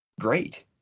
great